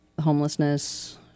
homelessness